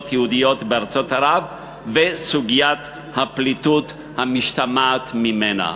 יהודיות בארצות ערב וסוגיית הפליטות המשתמעת ממנה.